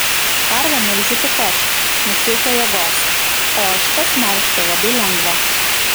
karvę melžiu tik aš nes reikia jėgos o ožkas melžti labai lengva